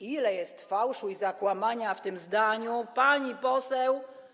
Ile jest fałszu i zakłamania w tym zdaniu, pani poseł.